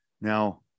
Now